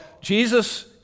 Jesus